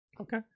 okay